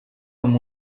amb